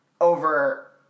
over